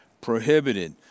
prohibited